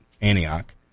Antioch